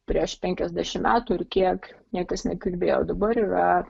prieš penkiasdešimt metų ir kiek niekas nekalbėjo dabar yra